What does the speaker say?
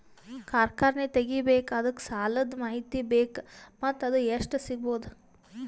ಕಾರ್ಖಾನೆ ತಗಿಬೇಕು ಅದಕ್ಕ ಸಾಲಾದ ಮಾಹಿತಿ ಬೇಕು ಮತ್ತ ಅದು ಎಷ್ಟು ಸಿಗಬಹುದು?